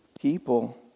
people